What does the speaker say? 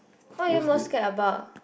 what are you most scared about